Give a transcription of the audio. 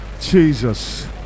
jesus